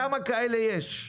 כמה כאלה יש?